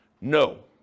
No